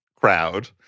crowd